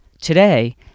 Today